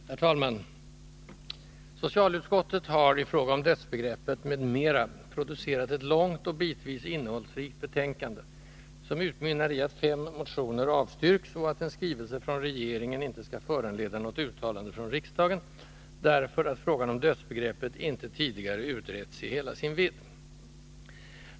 Herr talman! Socialutskottet har i fråga om ”dödsbegreppet m.m.” producerat ett långt och bitvis innehållsrikt betänkande, som utmynnar i att fem motioner avstyrks och att en skrivelse från regeringen inte skall föranleda något uttalande från riksdagen, därför att ”frågan om dödsbegreppet inte tidigare utretts i hela sin vidd”.